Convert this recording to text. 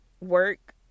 work